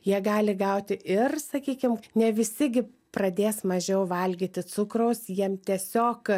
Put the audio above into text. jie gali gauti ir sakykim ne visi gi pradės mažiau valgyti cukraus jiem tiesiog